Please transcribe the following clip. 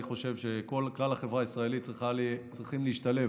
אני חושב שכלל החברה הישראלית צריכים להשתלב: